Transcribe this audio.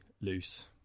loose